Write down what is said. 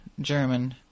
German